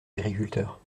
agriculteurs